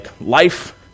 life